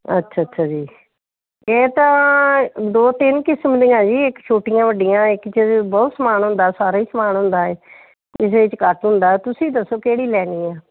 ਅੱਛਾ ਅੱਛਾ ਜੀ ਇਹ ਤਾਂ ਦੋ ਤਿੰਨ ਕਿਸਮ ਦੀਆਂ ਜੀ ਇੱਕ ਛੋਟੀਆਂ ਵੱਡੀਆਂ ਇੱਕ 'ਚ ਬਹੁਤ ਸਮਾਨ ਹੁੰਦਾ ਸਾਰਾ ਹੀ ਸਮਾਨ ਹੁੰਦਾ ਹੈ ਕਿਸੇ 'ਚ ਘੱਟ ਹੁੰਦਾ ਤੁਸੀਂ ਦੱਸੋ ਕਿਹੜੀ ਲੈਣੀ ਆ